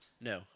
No